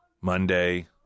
Monday